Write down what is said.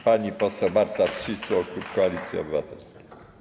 Pani poseł Marta Wcisło, klub Koalicji Obywatelskiej.